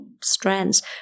strands